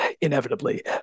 inevitably